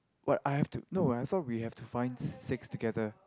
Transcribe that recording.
what I have to no I thought we have to find six together